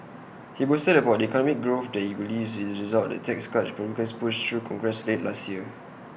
he boasted about the economic growth he believes will result the tax cuts republicans pushed through congress late last year